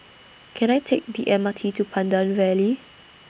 Can I Take The M R T to Pandan Valley